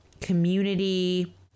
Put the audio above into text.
community